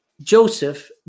Joseph